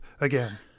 again